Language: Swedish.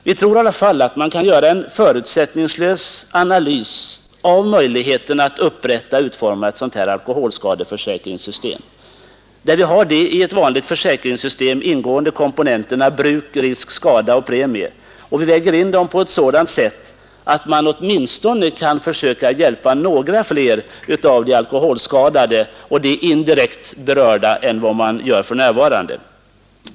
Vi tror man kan göra en förutsättningslös analys av möjligheterna att upprätta och utforma ett sådant här alkoholskadeförsäkringssystem, där de i ett vanligt försäkringssystem ingående komponenterna — bruk, risk, skada och premie — vägs in på ett sådant sätt att man åtminstone kan försöka bättre hjälpa några av de alkoholskadade — och de indirekt berörda — än man gör för närvarande.